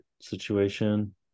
situation